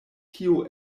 tio